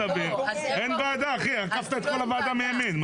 אין ועדה אחי, עקפת את כל הוועדה מימין.